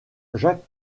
jacques